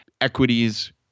equities